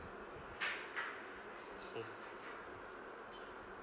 hmm